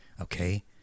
okay